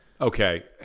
Okay